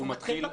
הוא מתחיל...